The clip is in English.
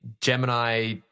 Gemini